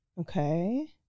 Okay